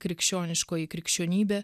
krikščioniškoji krikščionybė